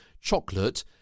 Chocolate